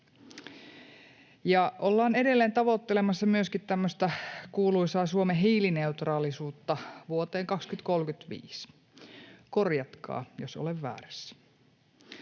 ollaan edelleen tavoittelemassa myöskin tämmöistä kuuluisaa Suomen hiilineutraalisuutta vuoteen 2035. Korjatkaa, jos olen väärässä.